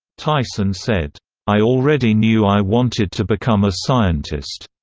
tyson said, i already knew i wanted to become a scientist.